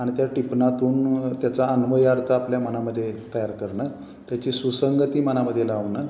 आणि त्या टिपनातून त्याचा अन्वयार्थ आपल्या मनामध्ये तयार करणं त्याची सुसंगती मनामध्ये लावणं